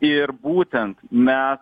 ir būtent mes